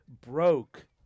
broke